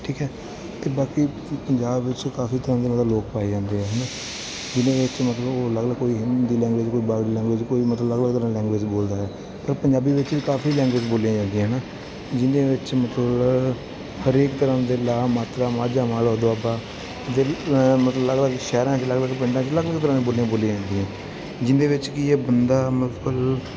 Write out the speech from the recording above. ਠੀਕ ਹੈ ਅਤੇ ਬਾਕੀ ਪੰਜਾਬ ਵਿੱਚ ਕਾਫ਼ੀ ਤਰ੍ਹਾਂ ਦੇ ਮਤਲਬ ਲੋਕ ਪਾਏ ਜਾਂਦੇ ਹੈ ਹੈ ਨਾ ਜਿਹਨਾਂ ਵਿੱਚ ਮਤਲਬ ਉਹ ਅਲੱਗ ਅਲੱਗ ਕੋਈ ਹਿੰਦੀ ਲੈਂਗੁਏਜ ਕੋਈ ਬਾਹਰ ਦੀ ਲੈਗੁਏਜ ਕੋਈ ਮਤਲਬ ਅਲੱਗ ਅਲੱਗ ਤਰਾਂ ਦੀ ਲੈਂਗੁਏਜ ਬੋਲਦਾ ਹੈ ਪਰ ਪੰਜਾਬੀ ਵਿੱਚ ਵੀ ਕਾਫ਼ੀ ਲੈਂਗੁਏਜ ਬੋਲੀਆਂ ਜਾਂਦੀਆਂ ਹੈ ਨਾ ਜਿਹਦੇ ਵਿੱਚ ਮਤਲਬ ਹਰੇਕ ਤਰ੍ਹਾਂ ਦੇ ਲਗਾ ਮਾਤਰਾ ਮਾਝਾ ਮਾਲਵਾ ਦੁਆਬਾ ਜੇ ਮਤਲਬ ਅਲੱਗ ਅਲੱਗ ਸ਼ਹਿਰਾਂ 'ਚ ਅਲੱਗ ਅਲੱਗ ਪਿੰਡਾਂ 'ਚ ਅਲੱਗ ਅਲੱਗ ਤਰ੍ਹਾਂ ਦੀਆਂ ਬੋਲੀਆਂ ਬੋਲੀਆਂ ਜਾਂਦੀਆਂ ਹਨ ਜਿਹਦੇ ਵਿੱਚ ਕੀ ਹੈ ਬੰਦਾ ਮਤਲਬ